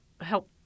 help